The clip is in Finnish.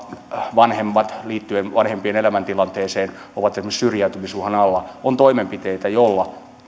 vanhemmat liittyen vanhempien elämäntilanteeseen ovat esimerkiksi syrjäytymisuhan alla ovat toimenpiteitä joilla